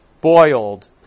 boiled